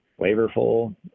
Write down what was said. flavorful